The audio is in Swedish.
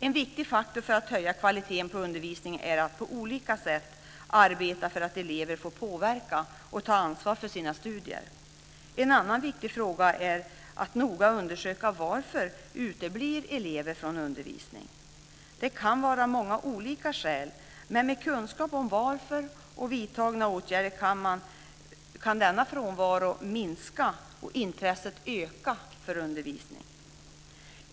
En viktig faktor för att höja kvaliteten på undervisningen är att på olika sätt arbeta för att elever får påverka och ta ansvar för sina studier. En annan viktig fråga är att noga undersöka varför elever uteblir från undervisning. Det kan vara många olika skäl, men med kunskap om varför och därefter vidtagna åtgärder kan denna frånvaro minska och intresset för undervisning öka.